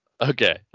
Okay